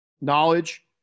knowledge